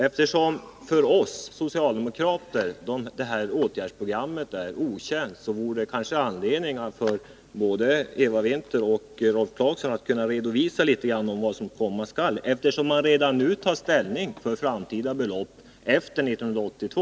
Eftersom åtgärdsprogrammet för oss socialdemokrater är okänt, finns det kanske anledning för både Eva Winther och Rolf Clarkson att redovisa litet av vad som komma skall. Man tar ju redan nu ställning till beloppen efter 1982.